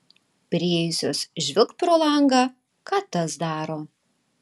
priėjusios žvilgt pro langą ką tas daro